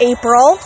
April